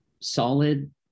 solid